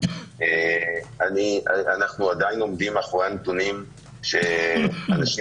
--- אנחנו עדיין עומדים מאחורי הנתונים שאנשים